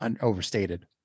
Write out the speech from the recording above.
overstated